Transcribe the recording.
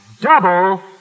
Double